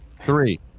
Three